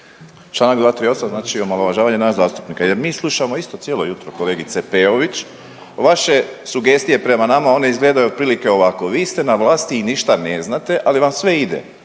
Čl. 238. znači omalovažavanje nas zastupnika jer mi slušamo isto cijelo jutro kolegice Peović vaše sugestije prema nama, a one izgledaju otprilike ovako vi ste na vlasti i ništa ne znate, ali vam sve ide